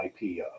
IPO